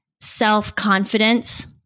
self-confidence